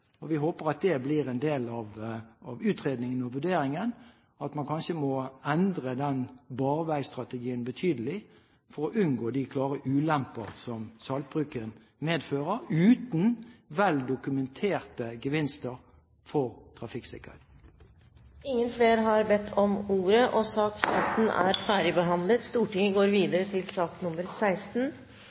og vi håper at det blir en del av utredningen og vurderingen, og at man kanskje må endre den barveistrategien betydelig for å unngå de klare ulempene som saltbruken medfører, uten vel dokumenterte gevinster for trafikksikkerhet. Flere har ikke bedt om ordet til sak